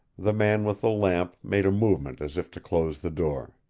the man with the lamp made a movement as if to close the door.